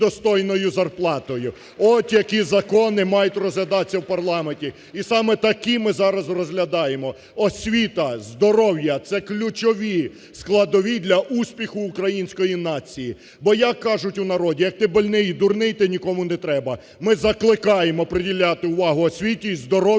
достойною зарплатою? От, які закони мають розглядатись в парламенті. І саме такі ми зараз розглядаємо. Освіта, здоров'я, це ключові складові для успіху української нації. Бо, як кажуть у народі, як ти больний і дурний – ти нікому не треба. Ми закликаємо приділяти увагу освіті і здоров'ю